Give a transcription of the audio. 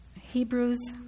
Hebrews